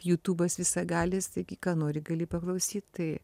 jutubas visagalis taigi ką nori gali paklausyt tai